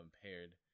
compared